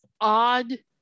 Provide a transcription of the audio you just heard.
odd